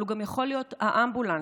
אבל הוא גם יכול להיות האמבולנס